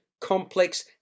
complex